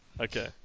Okay